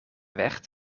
werd